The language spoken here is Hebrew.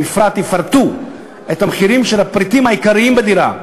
במפרט יפרטו את המחירים של הפריטים העיקריים בדירה,